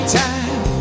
time